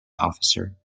officer